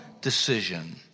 decision